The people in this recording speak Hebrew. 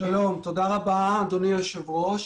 תודה אדוני יושב הראש.